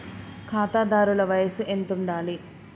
ఖాతాదారుల వయసు ఎంతుండాలి?